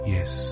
Yes